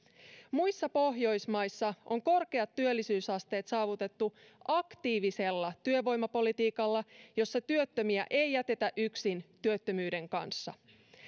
muissa pohjoismaissa on korkeat työllisyysasteet saavutettu aktiivisella työvoimapolitiikalla jossa työttömiä ei jätetä yksin työttömyyden kanssa